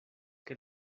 que